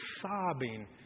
sobbing